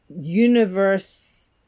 universe